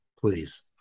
please